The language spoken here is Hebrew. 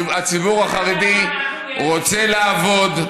הציבור החרדי רוצה לעבוד.